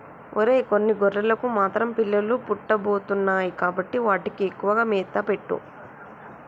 ఒరై కొన్ని గొర్రెలకు మాత్రం పిల్లలు పుట్టబోతున్నాయి కాబట్టి వాటికి ఎక్కువగా మేత పెట్టు